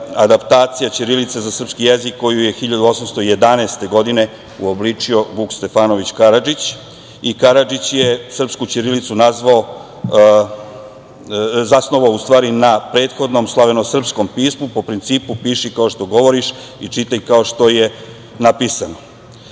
adaptacija ćirilice za srpski jezik, koju je 1811. godine uobličio Vuk Stefanović Karadžić i Karadžić je srpsku ćirilicu zasnovao na prethodnom slavenosrpskom pismu po principu: "Piši kao što govoriš i čitaj kao što je napisano".